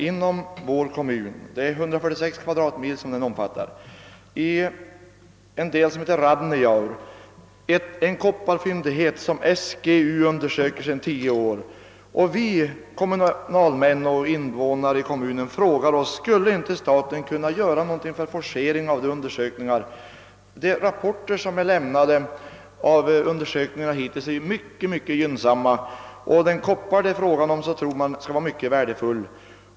Arjeplogs kommun omfattar 146 kvadratmil och har i Radnejaure en kopparfyndighet, vilken undersöks av SGU sedan tio år tillbaka. Vi kommunalmän och invånare i kommunen frågar oss, om inte staten kan göra något för att forcera dessa undersökningar. De rapporter över undersökningarna som hittills lämnats är mycket gynnsamma, och den koppar det är fråga om tror man är mycket värdefull.